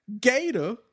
Gator